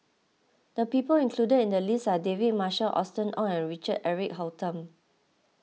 the people included in the list are David Marshall Austen Ong and Richard Eric Holttum